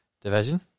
division